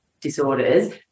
disorders